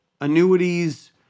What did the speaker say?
annuities